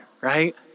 right